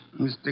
Mr